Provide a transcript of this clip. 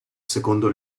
secondo